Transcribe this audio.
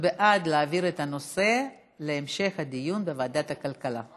ההצעה להעביר את הנושא לוועדת הכלכלה נתקבלה.